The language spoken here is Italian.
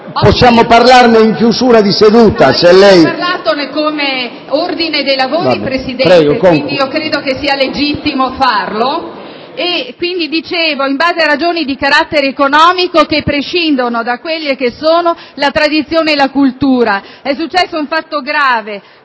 possiamo parlarne in chiusura di seduta.